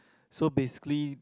so basically